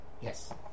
Yes